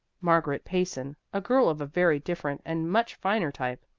margaret payson, a girl of a very different and much finer type,